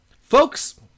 Folks